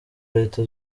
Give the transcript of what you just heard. leta